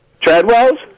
Treadwells